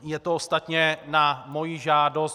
Je to ostatně na moji žádost.